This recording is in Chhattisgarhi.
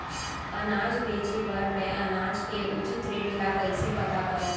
अनाज बेचे बर मैं अनाज के उचित रेट ल कइसे पता करो?